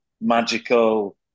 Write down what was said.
magical